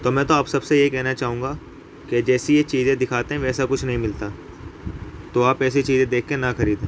تو میں تو آپ سب سے یہی کہنا چاہوں گا کہ یہ جیسی یہ چیزیں دکھاتے ہیں ویسا کچھ نہیں ملتا تو آپ ایسی چیزیں دیکھ کے نہ خریدیں